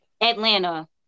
Atlanta